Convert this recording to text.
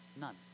None